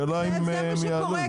השאלה אם הם יעשו את זה.